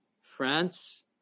France